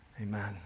Amen